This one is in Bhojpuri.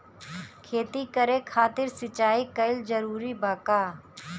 खेती करे खातिर सिंचाई कइल जरूरी बा का?